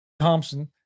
Thompson